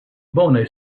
bone